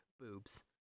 boobs